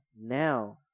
Now